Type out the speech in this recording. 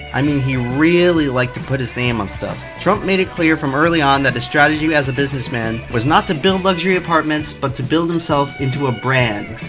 i mean, he really liked to put his name on stuff. trump made it clear from early on, that his strategy as a businessman was not to build luxury apartments, but to build himself into a brand.